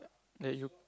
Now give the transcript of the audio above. that you